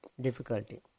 difficulty